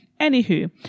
anywho